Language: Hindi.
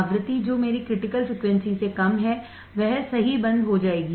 आवृत्ति जो मेरी क्रिटिकल फ्रिकवेंसी से कम है वह सही बंद हो जाएगी